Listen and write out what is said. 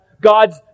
God's